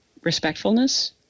respectfulness